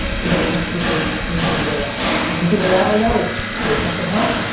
people always take the easy way out. the easy way out right now is make something hot,